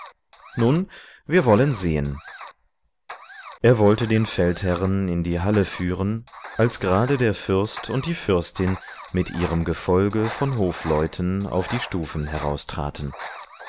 nun wir wollen sehen er wollte den feldherrn in die halle führen als gerade der fürst und die fürstin mit ihrem gefolge von hofleuten auf die stufen heraustraten